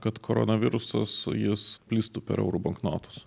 kad koronavirusas jis plistų per eurų banknotus